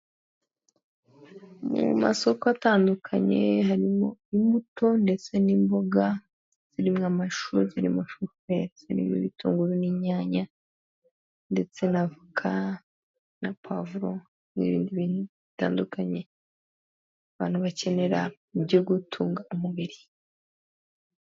Mu masoko atandukanye harimo imbuto ndetse n'imboga, zirimo: amashu, zirimo shufurere, n'ibitunguru, n'inyanya, ndetse n'avoka na pavuro, n'ibindi bintu bitandukanye abantu bakenera byo gutunga umubiri.